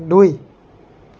দুই